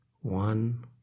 One